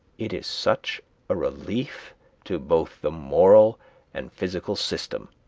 it is such a relief to both the moral and physical system